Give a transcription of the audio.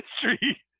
history